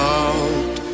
out